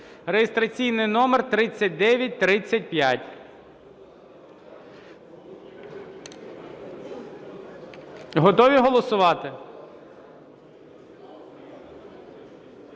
(реєстраційний номер 3935). Готові голосувати?